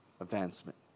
advancement